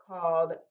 called